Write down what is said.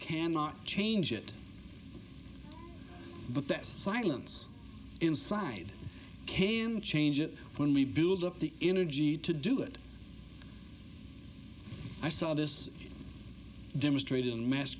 cannot change it but that silence inside can change it when we build up the energy to do it i saw this demonstrated in mass